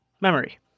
memory